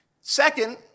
Second